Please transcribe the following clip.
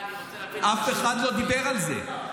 --- אף אחד לא דיבר על זה.